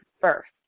first